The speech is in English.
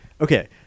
Okay